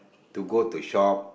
to go to shop